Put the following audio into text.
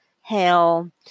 ...hell